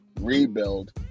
rebuild